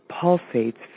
pulsates